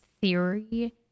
theory